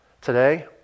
Today